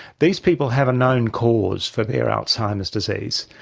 these people have a known cause for their alzheimer's disease,